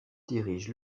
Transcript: dirigent